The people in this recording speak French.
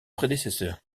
prédécesseur